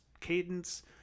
cadence